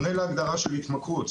עונה להגדרה של התמכרות.